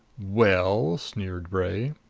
well? sneered bray.